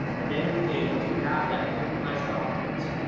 at the end of the day, once we have that organized document,